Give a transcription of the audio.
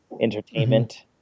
entertainment